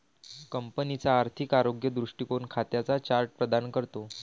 कंपनीचा आर्थिक आरोग्य दृष्टीकोन खात्यांचा चार्ट प्रदान करतो